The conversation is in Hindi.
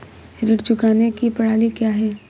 ऋण चुकाने की प्रणाली क्या है?